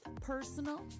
personal